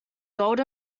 gold